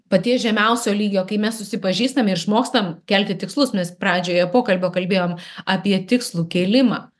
paties žemiausio lygio kai mes susipažįstam ir išmokstam kelti tikslus mes pradžioje pokalbio kalbėjom apie tikslų kėlimą